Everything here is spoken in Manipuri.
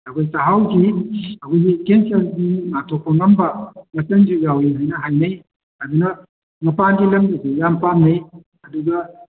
ꯑꯩꯈꯣꯏ ꯆꯥꯛꯍꯥꯎꯁꯤ ꯑꯩꯈꯣꯏꯒꯤ ꯀꯦꯟꯁꯔꯗꯒꯤ ꯉꯥꯛꯊꯣꯛꯄ ꯉꯝꯕ ꯃꯆꯜꯁꯨ ꯌꯥꯎꯏ ꯍꯥꯏꯅ ꯍꯥꯏꯅꯩ ꯑꯗꯨꯅ ꯃꯄꯥꯟꯒꯤ ꯂꯝꯗꯁꯨ ꯌꯥꯝ ꯄꯥꯝꯅꯩ ꯑꯗꯨꯒ